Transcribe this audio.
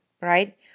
right